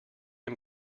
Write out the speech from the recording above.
him